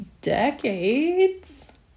decades